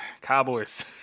Cowboys